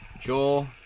Joel